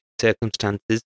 circumstances